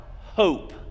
hope